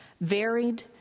varied